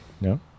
no